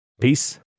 Peace